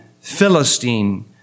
Philistine